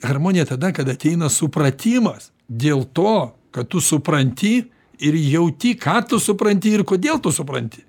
harmonija tada kada ateina supratimas dėl to kad tu supranti ir jauti ką tu supranti ir kodėl tu supranti